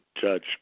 judge